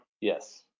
Yes